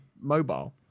mobile